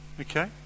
Okay